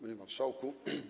Panie Marszałku!